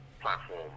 platform